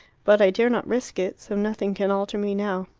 but i dare not risk it, so nothing can alter me now.